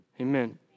Amen